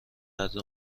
قدر